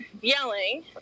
yelling